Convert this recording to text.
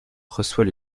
reçoit